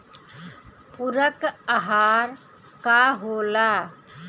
पुरक अहार का होला?